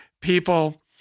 People